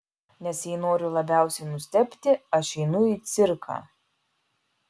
nes jei noriu labiausiai nustebti aš einu į cirką